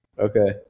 Okay